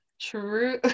true